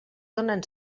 donen